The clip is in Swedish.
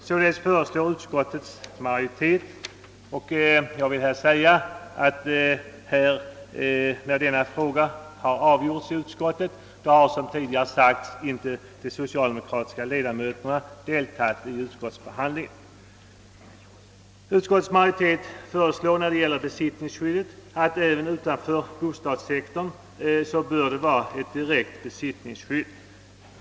Således föreslår utskottets majoritet — jag vill här nämna att när denna fråga behandlades i utskottet har, såsom tidigare meddelats, de socialdemokratiska ledamöterna inte deltagit i utskottsbehandlingen — beträffande besittningsskyddet, att det även utanför bostadssektorn bör vara ett direkt besittningsskydd.